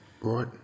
right